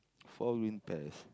four green pears